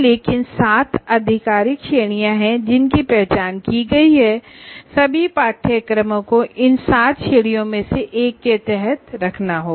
लेकिन सात आधिकारिक श्रेणियां हैं जिनकी पहचान की गई है और सभी कोर्सेज को इन सात श्रेणियों में से एक के तहत रखना होगा